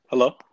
hello